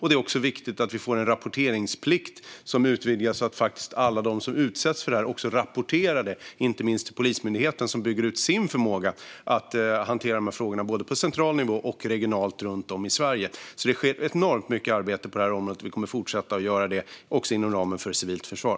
Det är också viktigt att vi får en rapporteringsplikt som utvidgas så att alla de som utsätts för det här faktiskt också rapporterar det, inte minst till Polismyndigheten som bygger ut sin förmåga att hantera de här frågorna både på central nivå och regionalt runt om i Sverige. Det sker alltså enormt mycket arbete på det här området, och vi kommer att fortsätta se till att det gör det också inom ramen för civilt försvar.